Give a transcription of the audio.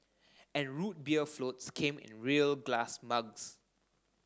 and Root Beer floats came in real glass mugs